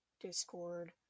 Discord